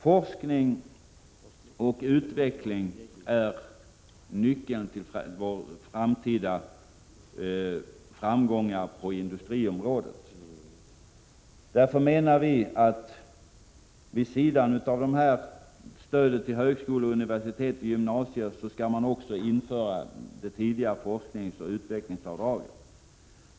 Forskning och utveckling är nyckeln till våra framtida framgångar på , industriområdet. Därför menar vi att man vid sidan av stödet till högskola, universitet och gymnasier också skall införa det tidigare forskningsoch utvecklingsavdraget.